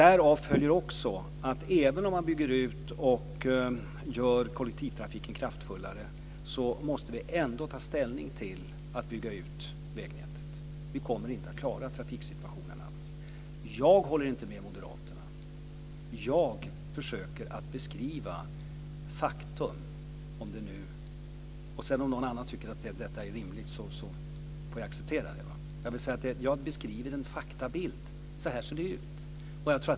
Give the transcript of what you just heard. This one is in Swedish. Därav följer också att även om vi bygger ut och gör kollektivtrafiken kraftfullare måste vi ändå ta ställning till att bygga ut vägnätet. Vi kommer inte att klara trafiksituationen annars. Jag håller inte med Moderaterna. Jag försöker att beskriva fakta. Om sedan någon annan tycker att det är rimligt får jag acceptera det. Jag beskriver en faktabild: så här ser det ut.